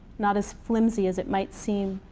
not as flimsy as it might seem.